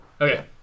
Okay